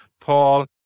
Paul